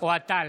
אוהד טל,